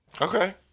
Okay